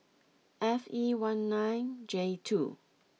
F E one nine J two